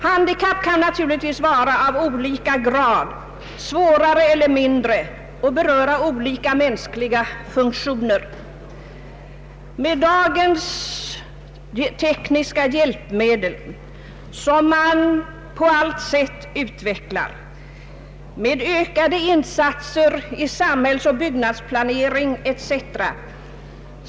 Handikapp kan naturligtvis vara av olika grad, svårare eller lättare, och beröra olika mänskliga funktioner. Med dagens tekniska hjälpmedel som man på allt sätt utvecklar, med ökade insatser i samhällsoch byggnadsplanering etc.